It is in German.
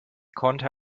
konnte